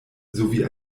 sowie